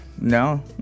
No